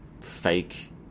fake